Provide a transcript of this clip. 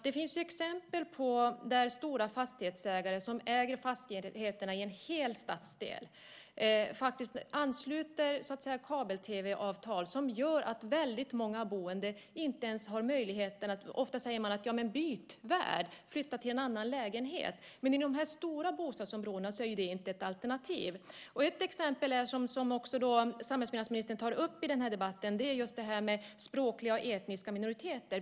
Det finns exempel på stora fastighetsägare som äger fastigheterna i en hel stadsdel och som sluter kabel-tv-avtal som gör att väldigt många boende inte ens har möjligheter att se de kanaler som de skulle vilja se. Ofta säger man: Men byt värd, flytta till en annan lägenhet! Men i de stora bostadsområdena är det inte ett alternativ. Ett exempel är, som också samhällsbyggnadsministern tar upp i den här debatten, just språkliga och etniska minoriteter.